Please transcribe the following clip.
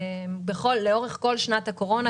לאורך כל שנת הקורונה,